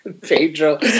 pedro